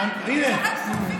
שורפים גופות.